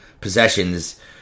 possessions